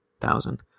thousand